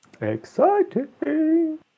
Exciting